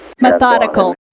Methodical